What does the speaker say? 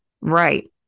Right